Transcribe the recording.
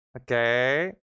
okay